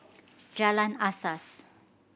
Jalan Asas